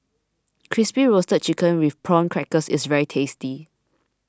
Crispy Roasted Chicken with Prawn Crackers is very tasty